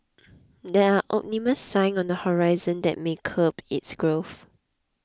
there are ominous signs on the horizon that may curb its growth